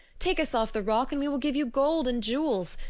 take us off the rock and we will give you gold and jewels.